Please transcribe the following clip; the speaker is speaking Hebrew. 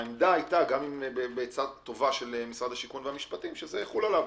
העמדה היתה גם בעצה טובה של משרדי השיכון והמשפטים שזה יחול עליו,